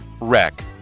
wreck